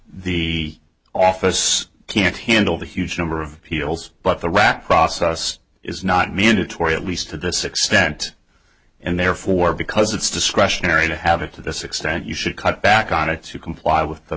the office can't handle the huge number of peoples but the rat process is not mandatory at least to this extent and therefore because it's discretionary to have it to this extent you should cut back on it to comply with the